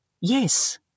yes